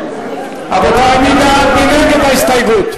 מי בעד, מי נגד ההסתייגות?